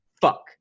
fuck